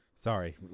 Sorry